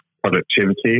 productivity